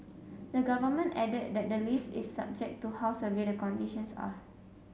the Government added that the list is subject to how severe the conditions are